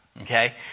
okay